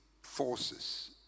forces